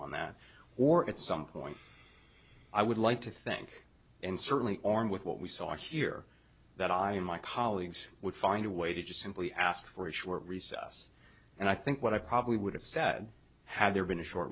on that or at some point i would like to think and certainly armed with what we saw here that i and my colleagues would find a way to just simply ask for a short recess and i think what i probably would have said had there been a short